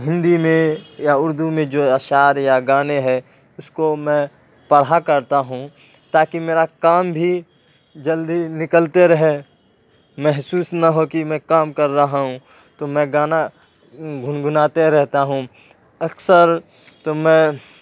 ہندی میں یا اردو میں جو اشعار یا گانے ہیں اس کو میں پڑھا کرتا ہوں تاکہ میرا کام بھی جلدی نکلتے رہے محسوس نہ ہو کہ میں کام کر رہا ہوں تو میں گانا گنگناتے رہتا ہوں اکثر تو میں